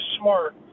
smart